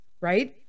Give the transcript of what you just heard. right